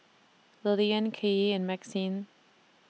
Lilian Kylee and Maxine